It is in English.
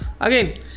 Again